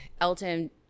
Elton